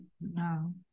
No